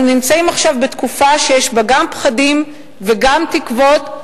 אנחנו נמצאים עכשיו בתקופה שיש בה גם פחדים וגם תקוות,